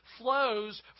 flows